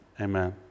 Amen